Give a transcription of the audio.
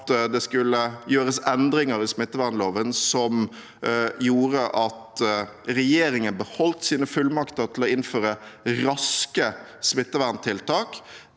at det skulle gjøres endringer i smittevernloven som gjorde at regjeringen beholdt sine fullmakter til å innføre raske smitteverntiltak,